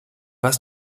was